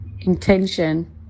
intention